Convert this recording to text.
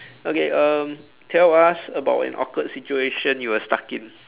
okay um tell us about an awkward situation you were stuck in